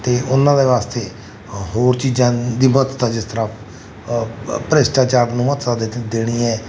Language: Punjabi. ਅਤੇ ਉਹਨਾਂ ਦੇ ਵਾਸਤੇ ਹੋਰ ਚੀਜ਼ਾਂ ਦੀ ਮਹੱਤਤਾ ਜਿਸ ਤਰ੍ਹਾਂ ਭ੍ਰਿਸ਼ਟਾਚਾਰ ਨੂੰ ਮਹੱਤਤਾ ਦਿਤ ਦੇਣੀ ਹੈ